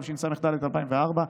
התשס"ד 2004,